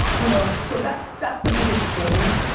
you know so that's that's the biggest change.